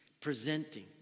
presenting